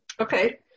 Okay